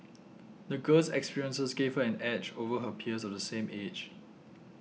the girl's experiences gave her an edge over her peers of the same age